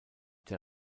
der